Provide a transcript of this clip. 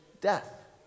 death